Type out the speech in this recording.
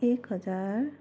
एक हजार